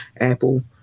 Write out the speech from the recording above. Apple